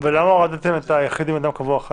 ולמה הורדתם את "יחיד עם אדם קבוע אחד